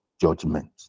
judgment